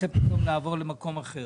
רוצה פתאום לעבור למקום אחר.